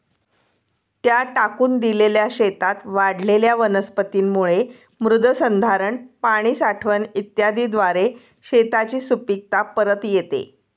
त्या टाकून दिलेल्या शेतात वाढलेल्या वनस्पतींमुळे मृदसंधारण, पाणी साठवण इत्यादीद्वारे शेताची सुपीकता परत येते